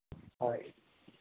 ᱦᱳᱭ